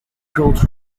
growth